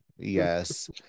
yes